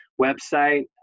website